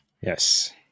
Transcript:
Yes